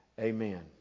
Amen